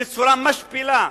בצורה משפילה,